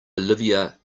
olivia